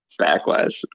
backlash